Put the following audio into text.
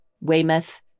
Weymouth